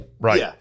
Right